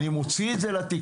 אני מוציא את זה לתקשורת.